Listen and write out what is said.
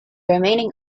remaining